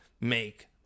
make